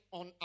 on